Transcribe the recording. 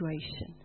situation